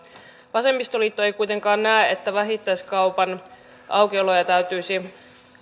vasemmistoliitto ei kuitenkaan näe että vähittäiskaupan aukiolot täytyisi